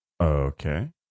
Okay